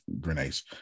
grenades